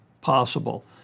possible